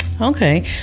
Okay